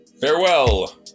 Farewell